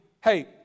hey